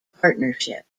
partnership